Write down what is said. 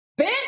bitch